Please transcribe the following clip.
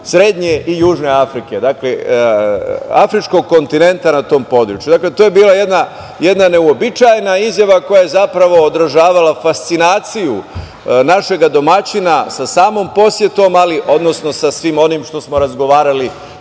srednje i južne Afrike, dakle, afričkog kontinenta na tom području. Dakle, to je bila jedna neuobičajena izjava koja je zapravo odražavala fascinaciju našega domaćina sa samom posetom, ali odnosno sa svim onim što smo razgovarali